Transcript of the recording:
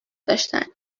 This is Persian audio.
داشتن